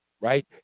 Right